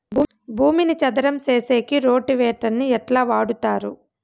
భూమిని చదరం సేసేకి రోటివేటర్ ని ఎట్లా వాడుతారు?